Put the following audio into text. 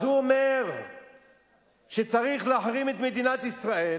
אז הוא אומר שצריך להחרים את מדינת ישראל